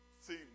See